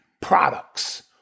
products